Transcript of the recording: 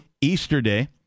Easterday